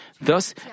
Thus